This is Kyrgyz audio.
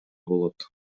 болот